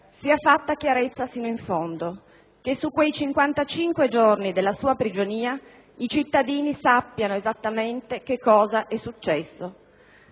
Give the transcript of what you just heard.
sia fatta chiarezza fino in fondo, che su quei 55 giorni della sua prigionia i cittadini sappiano esattamente che cosa è successo.